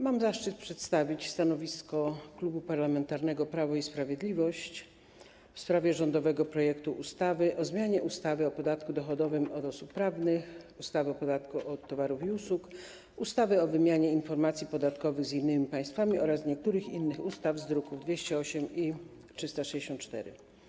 Mam zaszczyt przedstawić stanowisko Klubu Parlamentarnego Prawo i Sprawiedliwość w sprawie rządowego projektu ustawy o zmianie ustawy o podatku dochodowym od osób prawnych, ustawy o podatku od towarów i usług, ustawy o wymianie informacji podatkowych z innymi państwami oraz niektórych innych ustaw z druków nr 208 i 364.